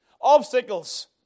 obstacles